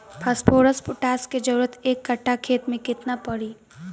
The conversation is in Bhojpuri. फॉस्फोरस पोटास के जरूरत एक कट्ठा खेत मे केतना पड़ी?